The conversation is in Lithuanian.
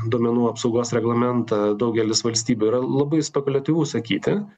duomenų apsaugos reglamentą daugelis valstybių yra labai spekuliatyvu sakyti